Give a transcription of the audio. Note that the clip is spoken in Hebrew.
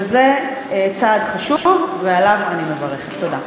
וזה צעד חשוב ואני מברכת עליו.